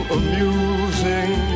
amusing